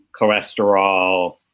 cholesterol